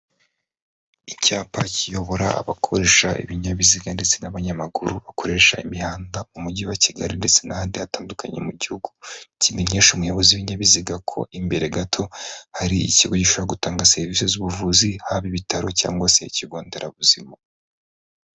Icyapa kiyobora abakoresha ibinyabiziga ndetse n'abanyamaguru bakoresha imihanda mu Mujyi wa Kigali ndetse n'ahandi hatandukanye mu Gihugu, kimenyesha umuyobozi w'ibinyabiziga ko imbere gato hari ikigo gishobora gutanga serivisi z'ubuvuzi, haba Ibitaro cg se Ikigo Nderabuzima.